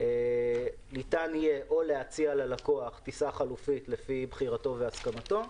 ניתן יהיה או להציע ללקוח טיסה חלופית לפי בחירתו והסכמתו,